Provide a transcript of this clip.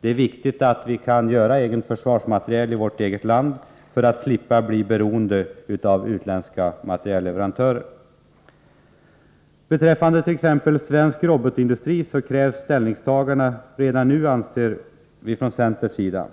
Det är viktigt att vi kan göra vårt eget försvarsmateriel i landet, för att slippa bli beroende av utländska materielleverantörer. Beträffande svensk robotindustri krävs ställningstaganden redan nu, anser vi från centerns sida.